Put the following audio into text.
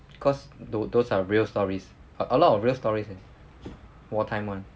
cause tho~ those are real stories a a lot of real stories eh war time [one]